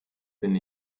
bin